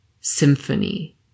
Symphony